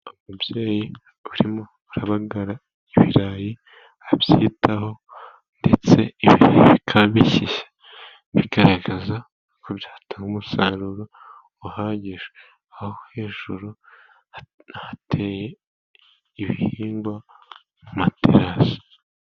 Umubyeyi urimo arabagara ibirayi abyitaho, ndetse ibirayi bikaba bishishe, bigaragaza ko byatanga umusaruro uhagije, aho hejuru hateye ibihingwa mu materasi.